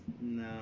No